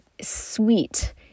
sweet